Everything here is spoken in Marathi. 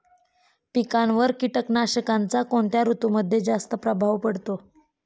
पिकांवर कीटकनाशकांचा कोणत्या ऋतूमध्ये जास्त प्रभाव पडतो?